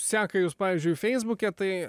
seka jus pavyzdžiui feisbuke tai